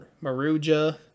Maruja